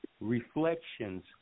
reflections